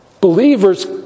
Believers